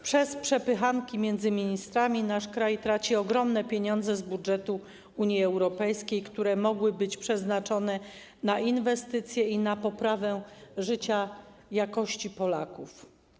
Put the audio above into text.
Przez przepychanki między ministrami nasz kraj traci ogromne pieniądze z budżetu Unii Europejskiej, które mogły być przeznaczone na inwestycje i na poprawę jakości życia Polaków.